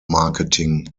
marketing